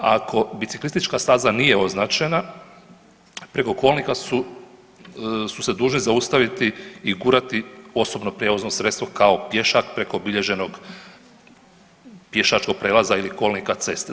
Ako biciklistička staza nije označena preko kolnika su se dužni zaustaviti i gurati osobno prijevozno sredstvo kao pješak preko obilježenog pješačkog prelaza ili kolnika ceste.